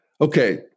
Okay